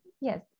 yes